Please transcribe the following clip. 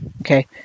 okay